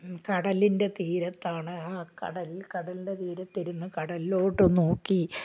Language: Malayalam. കടലിൻ്റെ തീരത്താണ് ആ കടൽ കടലിൻ്റെ തീരത്ത് ഇരുന്നു കടലിലോട്ട് നോക്കി